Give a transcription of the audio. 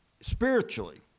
spiritually